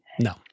no